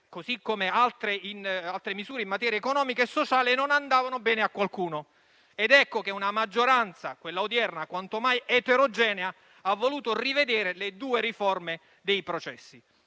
così come altre in materia economica e sociale, non andavano bene a qualcuno. Ed ecco che una maggioranza quanto mai eterogenea, quella odierna, ha voluto rivedere le due riforme dei processi.